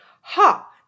Ha